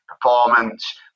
performance